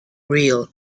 real